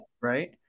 Right